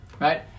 right